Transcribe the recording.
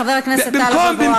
חבר הכנסת טלב אבו עראר.